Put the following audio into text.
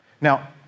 now